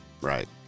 Right